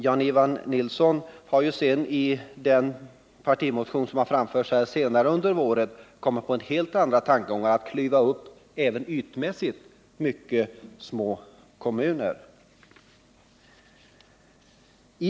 Jan-Ivan Nilsson har sedan i den partimotion som framlagts senare under våren kommit på helt andra tankar och förordat att man skall klyva även ytmässigt mycket små kommuner. Var står centern?